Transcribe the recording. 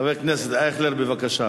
חבר הכנסת אייכלר, בבקשה.